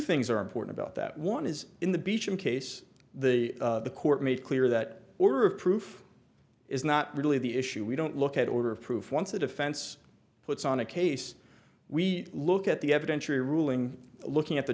things are important about that one is in the beach in case the court made clear that order of proof is not really the issue we don't look at order of proof once the defense puts on a case we look at the evidence the ruling looking at the